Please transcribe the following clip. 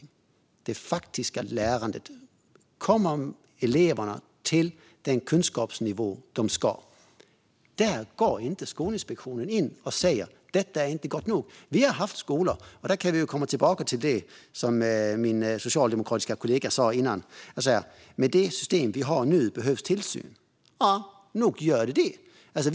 När det gäller det faktiska lärandet, om eleverna inte kommer till den kunskapsnivå de ska, går Skolinspektionen inte in och säger "detta är inte gott nog". Här kan jag komma tillbaka till det som min socialdemokratiska kollega sa tidigare - att med det system vi har nu behövs tillsyn. Ja, nog gör det det.